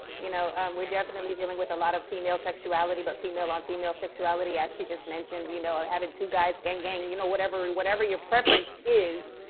you know um we're definitely dealing with a lot of female sexuality, but female-on-female sexuality, as she just mentioned. you know, having two guys, you know whatever whatever your preference is.